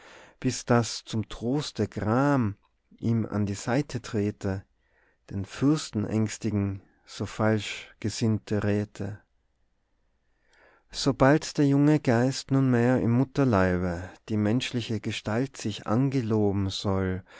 bis das zum troste gram ihm an die seite trete den fürsten änstigen so falsch gesinnte räte sobald der juge geist nunmehr im mutterleibe die menschliche gestalt sich angeloben soll